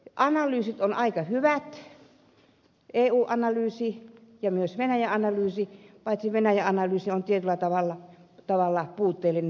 analyysit ovat aika hyvät eu analyysi ja myös venäjä analyysi paitsi että venäjä analyysi on tietyllä tavalla puutteellinen